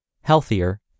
healthier